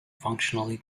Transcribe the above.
functionally